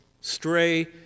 stray